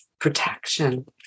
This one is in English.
protection